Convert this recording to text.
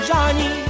Johnny